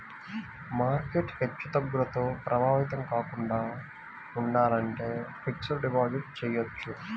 market హెచ్చుతగ్గులతో ప్రభావితం కాకుండా ఉండాలంటే ఫిక్స్డ్ డిపాజిట్ చెయ్యొచ్చు